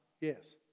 Yes